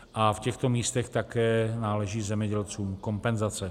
A v těchto místech také náleží zemědělcům kompenzace.